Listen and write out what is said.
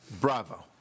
Bravo